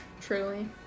Truly